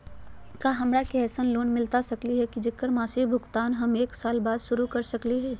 का हमरा के ऐसन लोन मिलता सकली है, जेकर मासिक भुगतान हम एक साल बाद शुरू कर सकली हई?